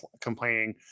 complaining